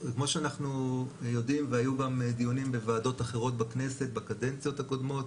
שאנחנו יודעים והיו גם דיונים בוועדות אחרות בכנסת בקדנציות הקודמות,